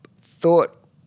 thought